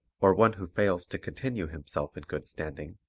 or one who fails to continue himself in good standing,